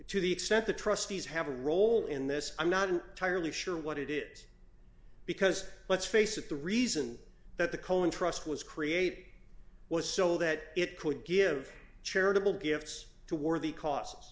to the extent the trustees have a role in this i'm not entirely sure what it is because let's face it the reason that the cohen trust was create was so that it could give charitable gifts to worthy cause